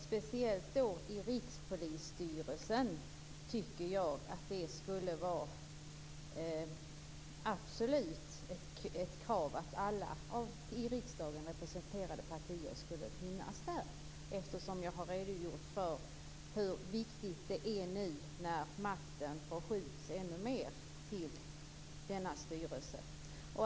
Speciellt när det gäller Rikspolisstyrelsen tycker jag absolut att det skulle vara ett krav att alla i riksdagen representerade partier skulle finnas där, eftersom jag har redogjort för hur viktigt det nu är när makten förskjuts ännu mer till denna styrelse.